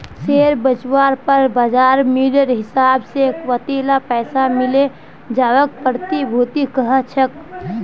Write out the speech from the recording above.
share बेचवार पर बाज़ार मूल्येर हिसाब से वतेला पैसा मिले जवाक प्रतिभूति कह छेक